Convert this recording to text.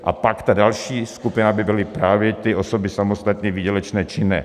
A pak ta další skupina by byly právě ty osoby samostatně výdělečně činné.